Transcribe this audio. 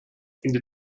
ende